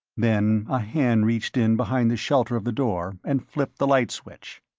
then a hand reached in behind the shelter of the door and flipped the light switch.